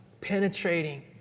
penetrating